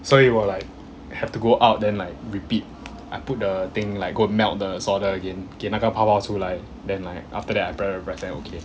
所以我 like have to go out then like repeat I put the thing like go melt the solder again 给那个泡泡出来 then like after that I press press press then okay